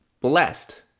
blessed